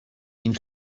این